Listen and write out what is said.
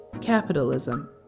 capitalism